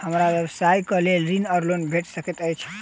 हमरा व्यवसाय कऽ लेल ऋण वा लोन भेट सकैत अछि?